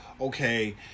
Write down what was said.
okay